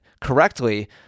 correctly